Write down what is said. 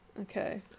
okay